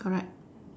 correct